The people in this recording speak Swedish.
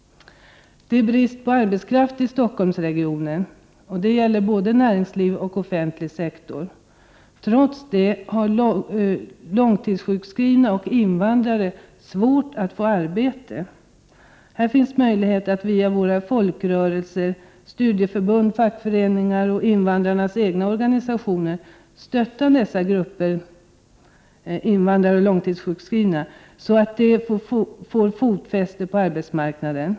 Det råder brist på arbetskraft i Stockholmsregionen. Det gäller både näringsliv och offentlig sektor. Trots detta har långtidssjukskrivna och invandrare svårt att få arbete. Här finns möjlighet att via våra folkrörelser, studieförbund, fackföreningar och invandrarnas egna organisationer stötta dessa grupper = alltså invandrare och långtidssjukskrivna — så att de får fotfäste på arbetsmarknaden.